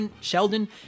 Sheldon